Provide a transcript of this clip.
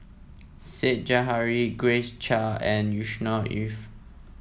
Said Zahari Grace Chia and Yusnor Ef